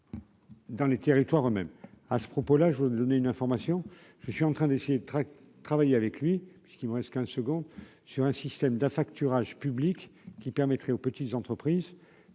Dans les territoires eux-même, à ce propos là je vous donner une information, je suis en train d'essayer de travailler avec lui ce qu'il me reste qu'un second sur un système d'affacturage public qui permettrait aux petites entreprises